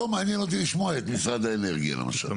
אני רוצה לשמוע את משרד האנרגיה.